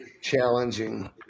challenging